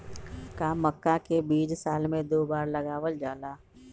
का मक्का के बीज साल में दो बार लगावल जला?